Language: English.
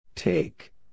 Take